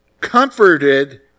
comforted